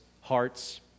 hearts